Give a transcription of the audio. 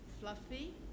fluffy